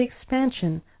expansion